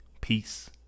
Peace